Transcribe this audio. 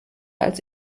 als